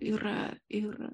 yra ir